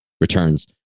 Returns